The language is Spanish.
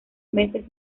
meses